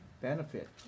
Benefit